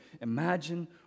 imagine